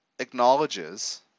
Acknowledges